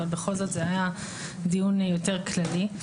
אבל בכל זאת זה היה דיון יותר כללי.